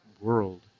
world